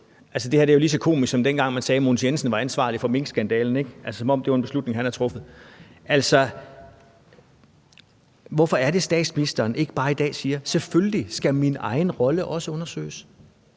er jo lige så komisk, som dengang man sagde, at Mogens Jensen var ansvarlig for minkskandalen, som om det var en beslutning, han havde truffet. Altså, hvorfor er det, at statsministeren i dag ikke bare siger: Selvfølgelig skal min egen rolle også undersøges?